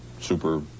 super